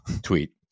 tweet